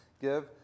give